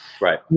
Right